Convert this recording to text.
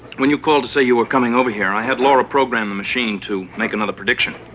when you call to say you were coming over here, i had laura program the machine to make another prediction.